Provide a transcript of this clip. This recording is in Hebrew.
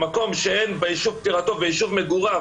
במקום שאין ביישוב פטירתו וביישוב מגוריו